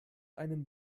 einen